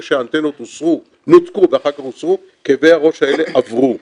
שהאנטנות נותקו ואחר כך הוסרו כאבי הראש האלה עברו.